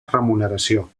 remuneració